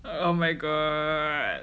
oh my god